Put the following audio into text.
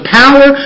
power